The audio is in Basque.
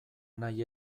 nahi